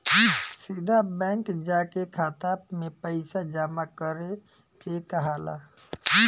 सीधा बैंक जाके खाता में पइसा जामा करे के कहाला